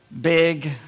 big